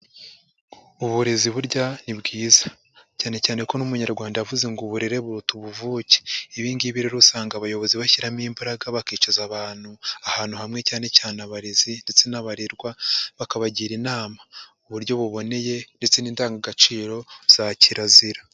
Uburezi burya ni bwiza, cyane cyane ko n'Umunyarwanda yavuze ngo uburere buruta ubuvuke. Ibi ngibi rero usanga abayobozi bashyiramo imbaraga bakicaza abantu ahantu hamwe cyane cyane abarezi ndetse n'abarerwa, bakabagira inama mu buryo buboneye ndetse n'indangagaciro za kirazira.